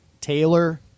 Taylor